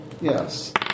Yes